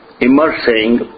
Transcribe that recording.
immersing